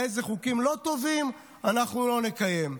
ואיזה חוקים שלא טובים אנחנו לא נקיים.